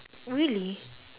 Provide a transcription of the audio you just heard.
really